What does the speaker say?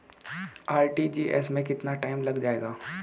RTGS में कितना time लग जाएगा?